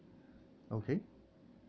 okay